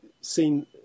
seen